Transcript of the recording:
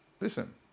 Listen